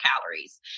calories